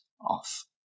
off